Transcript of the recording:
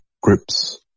Grips